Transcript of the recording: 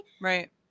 Right